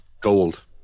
gold